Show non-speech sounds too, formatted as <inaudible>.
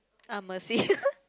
ah mercy <laughs>